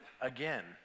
again